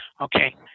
Okay